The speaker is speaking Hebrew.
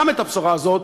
גם את הבשורה הזאת,